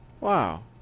Wow